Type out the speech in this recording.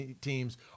teams